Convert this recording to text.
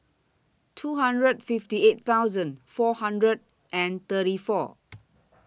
two hundred fifty eight thousand four hundred and thirty four